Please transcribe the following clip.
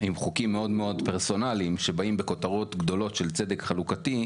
עם חוקים מאוד מאוד פרסונליים שבאים בכותרות גדולות של צדק חלוקתי,